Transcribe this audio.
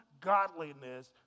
godliness